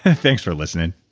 ah thanks for listening